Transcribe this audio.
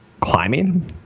Climbing